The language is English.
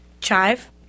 chive